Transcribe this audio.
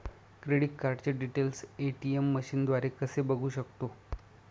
Credit कार्डचे details ATM मशीनद्वारे कसे बघू शकतो?